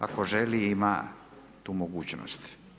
Ako želi ima tu mogućnost.